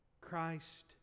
Christ